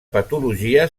patologia